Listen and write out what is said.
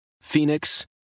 phoenix